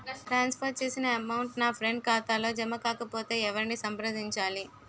ట్రాన్స్ for చేసిన amount నా friend ఖాతాలో జమ కాకపొతే ఎవరిని సంప్రదించాలి?